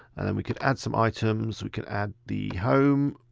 and then we could add some items, we can add the home